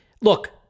look